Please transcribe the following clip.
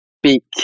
speak